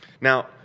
Now